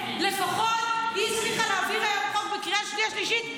לפחות היא הצליחה להעביר היום חוק בקריאה שנייה ושלישית,